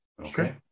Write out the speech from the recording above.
Okay